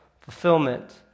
fulfillment